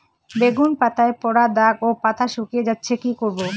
বেগুন পাতায় পড়া দাগ ও পাতা শুকিয়ে যাচ্ছে কি করব?